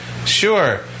Sure